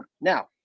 Now